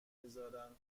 میذارن